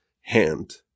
hand